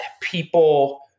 people